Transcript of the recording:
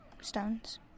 stones